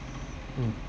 mm